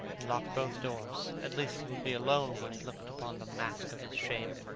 and locked both doors. at least he would be alone when he looked upon the mask of his shame.